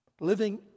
Living